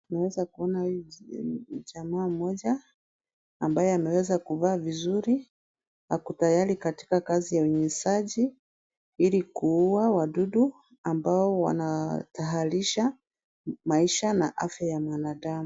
Tunaeza kuona jamaa mmoja ambaye ameweza kuvaa vizuri ako tayari katika kazi ya unyunyizaji ili kuuwa wadudu ambao wanahatarisha maisha na afya ya mwanadamu.